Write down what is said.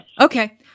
Okay